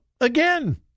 Again